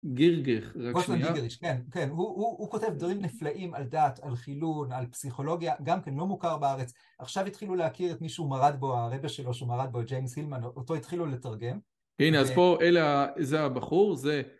גירגך, רק שנייה. כן, כן, הוא כותב דברים נפלאים על דת, על חילון, על פסיכולוגיה, גם כן לא מוכר בארץ. עכשיו התחילו להכיר את מי שהוא מרד בו, הרבה שלו שהוא מרד בו, את ג'יימס הילמן, אותו התחילו לתרגם. הנה, אז פה אלה, זה הבחור, זה...